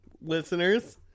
listeners